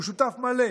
הוא שותף מלא.